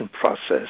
process